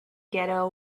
ghetto